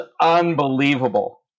unbelievable